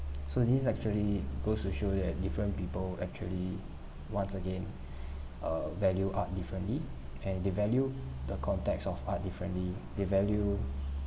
so this actually goes to show that different people actually once again err value art differently and they value the context of art differently they value